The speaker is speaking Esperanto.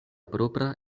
propra